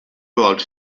world